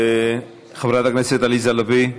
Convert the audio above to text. חברת הכנסת עליזה לביא,